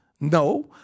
No